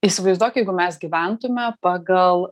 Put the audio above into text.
įsivaizduok jeigu mes gyventume pagal